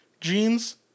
jeans